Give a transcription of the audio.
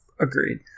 Agreed